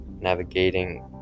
navigating